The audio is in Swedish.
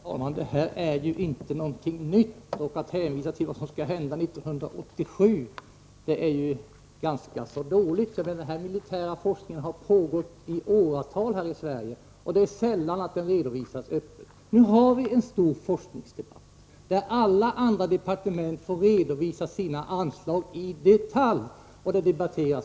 Herr talman! Det här är ju inte någonting nytt, och att hänvisa till vad som kommer att hända 1987 är ganska dåligt. Den militära forskningen har pågått i åratal här i Sverige och den har sällan redovisats öppet. Nu har vi en stor forskningsdebatt, där alla andra departement får redovisa sina anslag i detalj.